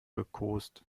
gekost